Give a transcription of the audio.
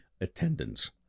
attendance